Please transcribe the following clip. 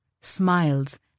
smiles